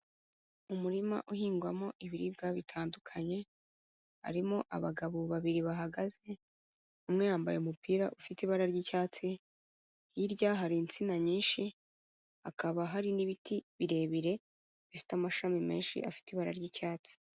Umurima uhingwamo ibiribwa bitandukanye, harimo abagabo babiri bahagaze umwe yambaye umupira ufite ibara ry'icyatsi, hirya hari insina nyinshi, hakaba hari n'ibiti birebire bifite amashami menshi afite ibara ry'icyatsi.